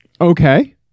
okay